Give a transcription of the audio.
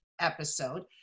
episode